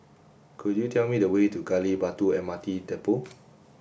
could you tell me the way to Gali Batu M R T Depot